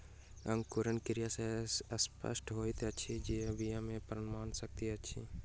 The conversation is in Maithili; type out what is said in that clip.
अंकुरण क्रिया सॅ स्पष्ट होइत अछि जे बीया मे प्राण शक्ति अछि